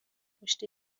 پشت